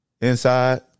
Inside